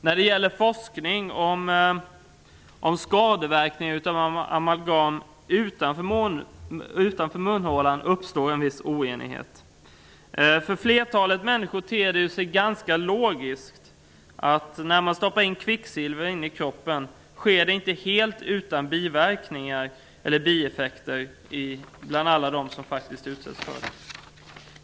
När det gäller forskning om skadeverkningar av amalgam utanför munhålan uppstod en viss oenighet. För flertalet människor ter det sig ganska logiskt att man inte kan stoppa in kvicksilver i kroppen helt utan bieffekter hos några av alla dem som utsätts för det.